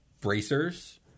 bracers